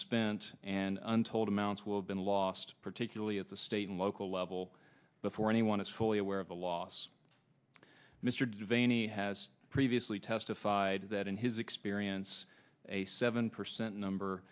spent and untold amounts will have been lost particularly at the state and local level before anyone is fully aware of the loss mr de veiny has previously testified that in his experience a seven percent